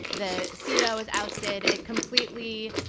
the ceo was ousted. it completely